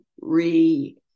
re-